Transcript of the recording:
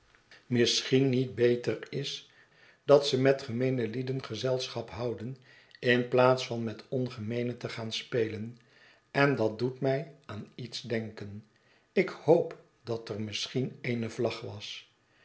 misschien niet beter is dat ze met gemeene lieden gezelschap houden in plaats van met ongemeene te gaan spelen en dat doet my aan iets denken ik hoop dat er misschien eene vlag was